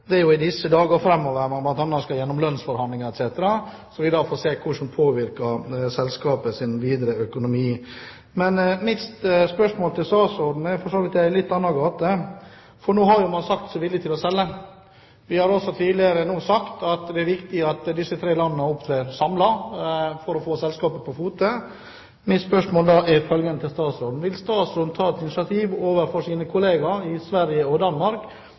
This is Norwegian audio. påvirke selskapets videre økonomi. Men mitt spørsmål til statsråden er for så vidt i en litt annen gate. Man har nå sagt seg villig til å selge. Vi har også tidligere sagt at det er viktig at disse tre landene opptrer samlet for å få selskapet på fote. Mitt spørsmål til statsråden er følgende: Vil statsråden ta initiativ overfor sine kollegaer i Sverige og Danmark